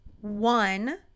One